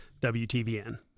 WTVN